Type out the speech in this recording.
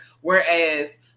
Whereas